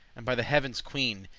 and by the heaven's queen,